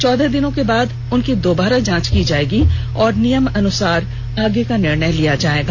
चौदह दिन के बाद उनकी दोबारा जांच होगी और नियमानुसार आगे का निर्णय लिया जायेगा